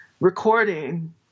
recording